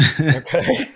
Okay